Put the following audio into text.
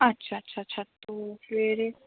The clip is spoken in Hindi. अच्छा अच्छा अच्छा तो फिर